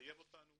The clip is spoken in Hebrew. מחייב אותנו